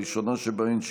הראשונה שבהן,